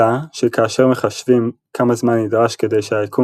אלא שכאשר מחשבים כמה זמן נדרש כדי שהיקום